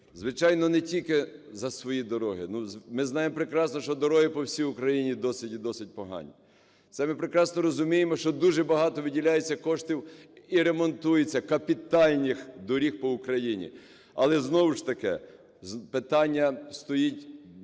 Звичайно, не тільки за свої дороги. Ми знаємо прекрасно, що дороги по всій Україні досить і досить погані. Це ми прекрасно розуміємо, що дуже багато виділяється коштів і ремонтується капітальних доріг по Україні. Але знову ж таки питання стоїть